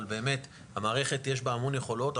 אבל באמת המערכת יש בה המון יכולות.